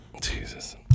Jesus